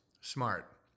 smart